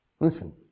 Listen